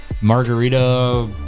margarita